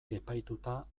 epaituta